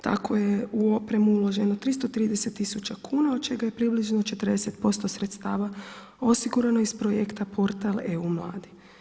Tako je u opremu uloženo 330 tisuća kuna od čega je približno 40% sredstava osigurano iz projekta portal EU mladi.